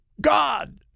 God